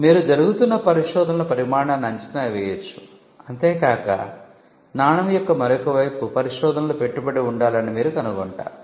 మీరు జరుగుతున్న పరిశోధనల పరిమాణాన్ని అంచనా వేయవచ్చు అంతే కాక నాణెం యొక్క మరొక వైపు పరిశోధనలో పెట్టుబడి ఉండాలి అని మీరు కనుగొంటారు